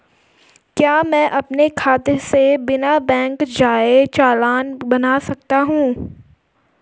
क्या मैं अपने खाते से बिना बैंक जाए चालान बना सकता हूँ?